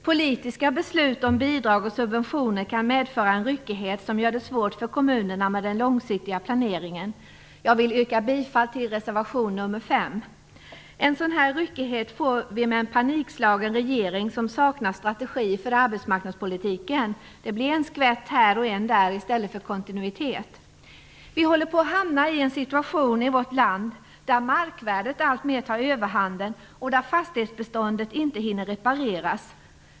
Politiska beslut om bidrag och subventioner kan medföra en ryckighet som gör det svårt för kommunerna med den långsiktiga planeringen. Jag vill yrka bifall till reservation nr 5. En sådan här ryckighet får vi med en panikslagen regering som saknar strategi för arbetsmarknadspolitiken. Det blir en skvätt här och en skvätt där i stället för kontinuitet. Vi håller på att hamna i en situation i vårt land där markvärdet alltmer tar överhanden och där fastighetsbeståndet inte hinner repareras.